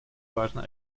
важно